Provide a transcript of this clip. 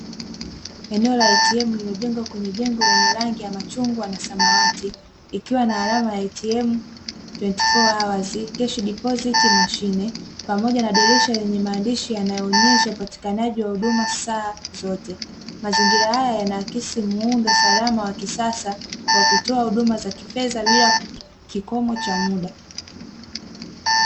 Eneo la "ATM" lililojengwa kwenye jengo lenye rangi ya machungwa na samawati ikiwa na alama ya "ATM 24 Hours Cash deposit machine", pamoja na dirisha lenye maandishi yanayo onyesha upatikanaji wa huduma saa zote mazingira haya yanaakisi muundo salama wa kisasa wa kutoa huduma za kifedha bila kikomo cha muda.